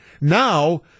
Now